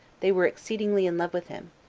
they were exceedingly in love with him,